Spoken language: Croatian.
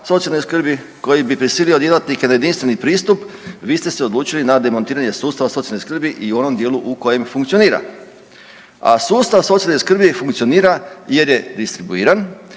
socijalne skrbi, koji bi prisilio djelatnike na jedinstveni pristup vi ste se odlučili na demontiranje sustava socijalne skrbi i u onom dijelu u kojem funkcionira. A sustav socijalne skrbi funkcionira jer je distribuiran,